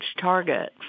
target